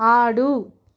ఆడు